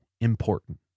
important